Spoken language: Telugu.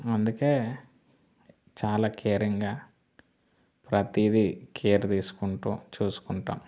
అందుకే చాలా కేరింగ్గా ప్రతీది కేర్ తీసుకుంటూ చూసుకుంటాము